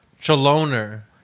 Chaloner